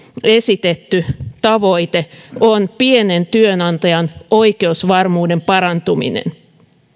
esitetty tavoite on pienen työnantajan oikeusvarmuuden parantuminen